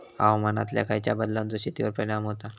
हवामानातल्या खयच्या बदलांचो शेतीवर परिणाम होता?